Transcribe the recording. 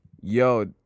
Yo